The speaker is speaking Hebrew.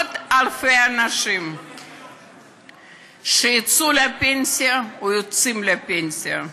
יש מאות-אלפי אנשים שיצאו לפנסיה או יוצאים לפנסיה.